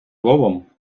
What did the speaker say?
словом